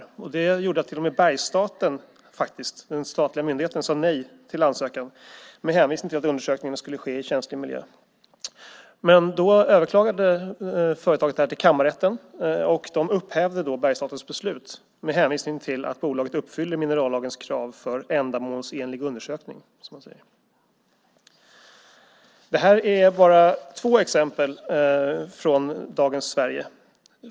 Detta gjorde faktiskt att till och med Bergsstaten, den statliga myndigheten, sade nej till ansökan med hänvisning till att undersökningen skulle ske i en känslig miljö. Men då överklagade företaget det här till kammarrätten, och de upphävde Bergsstatens beslut med hänvisning till att bolaget uppfyller minerallagens krav för ändamålsenlig undersökning, som man säger. Det här är bara två exempel från dagens Sverige.